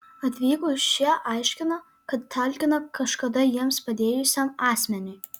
atvykus šie aiškina kad talkina kažkada jiems padėjusiam asmeniui